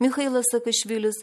michailas sakašvilis